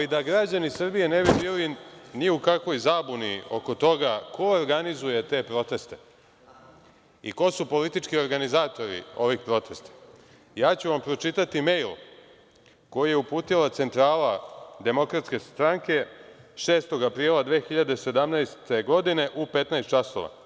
Da građani Srbije ne bi bili ni u kakvoj zabuni oko toga ko organizuje te proteste i ko su politički organizatori tih protesta, ja ću vam pročitati mejl koji je uputila centrala DS 6. aprila 2017. godine u 15,00 časova.